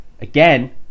again